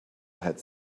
had